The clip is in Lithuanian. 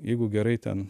jeigu gerai ten